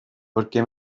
porque